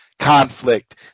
conflict